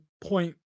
point